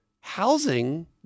housing